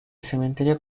cementerio